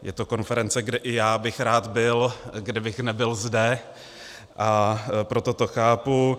Je to konference, kde i já bych rád byl, kdybych nebyl zde, a proto to chápu.